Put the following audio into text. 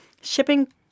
shipping